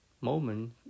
moment